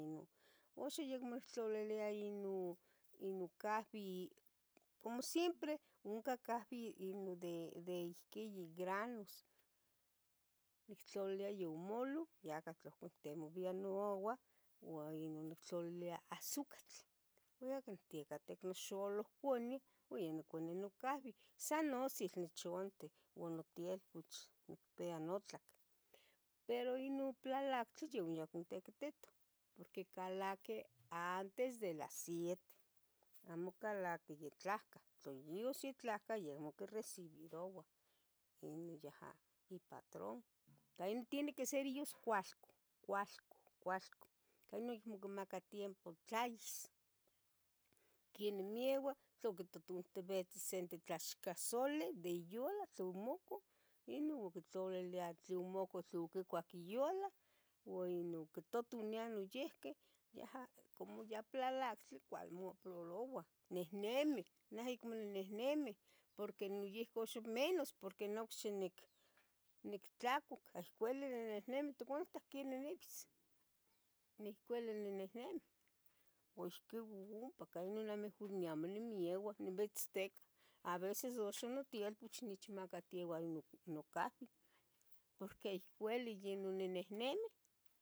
Inon, uxa iyecmotlalilia ino inocabi como siempre ohnca cabi ino de de ihqui ino granos, nictlalilia yomulo ya cah temolia noagua ua inon ictlalilia azucatl ua yonicteca itic noxolohconeh ua yaniconi nocahbi san nosil nitlaunti uan notielpoch, nicpia notlac, pero inon plalactli yoyahqui ontiquitito porqui calaqui antes de las siete amo calaqui ya tlahcah, tla yas ya tlahca yeh acmo ic recibiruah ino yaha ipatrón tla inon tiene que ser yas cualca, cualca, cualca tla ica non acmo quimaca tiempo tlais, queni mieua tlaquitotonihtibitzin sente tlaxcasoli de yulua tle omocah inon quitlalilia tle omacahqui tle oquicuahqui yulua ua ino quitotonia niyiqui yaha como ya plalactli cuali motlaluah nihnimih, neh acmo nihnimi porque niyiqui noc menos porque nocxi nic nictlacuac acuili nihnimi, itconitac quenih nihnibis nicuili ninehnimi ihcqui ompa mejor amo nimieua nimbitzticah aveces axan notielpoch nechmacatiue nocahbi porque ihcueli ninehnimi